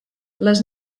les